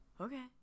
Okay